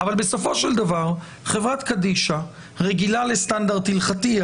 בסופו של דבר, חברת קדישא רגילה לסטנדרט הלכתי.